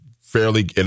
fairly